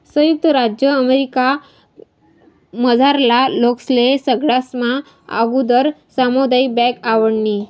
संयुक्त राज्य अमेरिकामझारला लोकेस्ले सगळास्मा आगुदर सामुदायिक बँक आवडनी